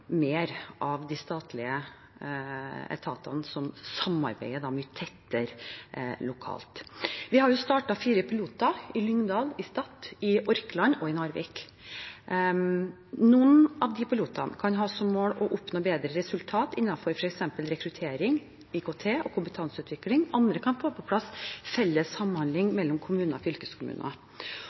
mer av de statlige etatene som samarbeider mye tettere lokalt. Vi har startet fire piloter: i Lyngdal, på Stadt, i Orkland og i Narvik. Noen av pilotene kan ha som mål å oppnå bedre resultater innenfor f.eks. rekruttering, IKT og kompetanseutvikling. Andre kan ha som mål å få på plass samhandling mellom kommuner og fylkeskommuner.